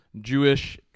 Jewish